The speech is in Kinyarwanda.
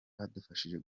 badufashije